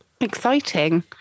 Exciting